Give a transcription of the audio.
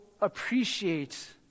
appreciate